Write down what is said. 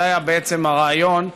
זה היה בעצם הרעיון.